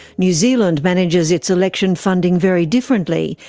new zealand manages its election funding very differently.